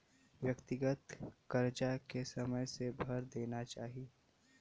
व्यक्तिगत करजा के समय से भर देना चाही